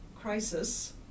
crisis